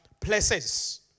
places